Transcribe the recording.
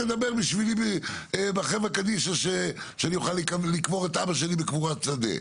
תדבר בשבילי עם חברה קדישא שאני אוכל לקבור את אבא שלי בקבורת שדה.